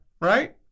right